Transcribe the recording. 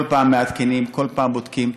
כל פעם מעדכנים, כל פעם בודקים.